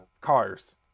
Cars